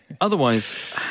otherwise